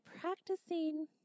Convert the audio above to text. practicing